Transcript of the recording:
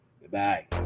Goodbye